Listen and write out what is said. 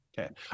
Okay